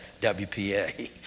WPA